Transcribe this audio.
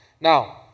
Now